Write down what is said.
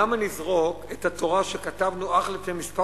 למה נזרוק את התורה שכתבנו אך לפני כמה